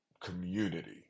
community